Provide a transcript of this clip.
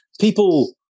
People